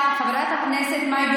הישרדות זה לא תוכן יהודי,